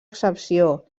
excepció